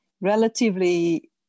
relatively